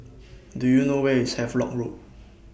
Do YOU know Where IS Havelock Road